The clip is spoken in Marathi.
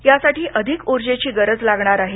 यासाठी अधिक ऊर्जेची गरज लागणार आहे